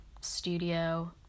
studio